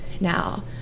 now